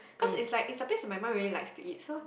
cause it's like it's the place that my mum really likes to eat so